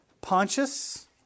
Pontius